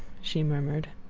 she murmured.